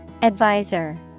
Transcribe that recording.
Advisor